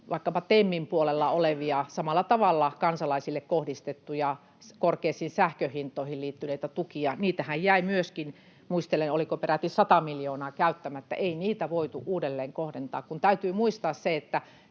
vaikkapa TEMin puolella olevia, samalla tavalla kansalaisille kohdistettuja, korkeisiin sähkönhintoihin liittyneitä tukia, niitähän jäi myöskin — muistelen, oliko peräti 100 miljoonaa — käyttämättä. Ei niitä voitu uudelleen kohdentaa, kun täytyy muistaa, että